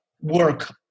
work